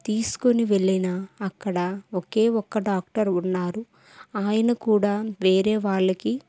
తీసుకుని వెళ్ళినా అక్కడ ఒకే ఒక్క డాక్టర్ ఉన్నారు ఆయన కూడా వేరే వాళ్ళకి